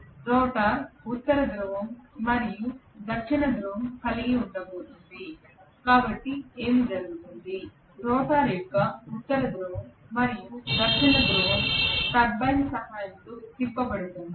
rotor ఉత్తర ధ్రువం మరియు దక్షిణ ధ్రువం కలిగి ఉండబోతోంది కాబట్టి ఏమి జరుగుతుంది రోటర్ యొక్క ఉత్తర ధ్రువం మరియు దక్షిణ ధ్రువం టర్బైన్ సహాయంతో తిప్పబడుతున్నాయి